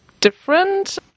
different